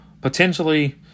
potentially